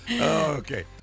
Okay